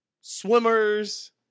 swimmers